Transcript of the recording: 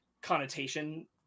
connotation